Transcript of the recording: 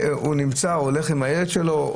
הוא הולך עם הילד שלו,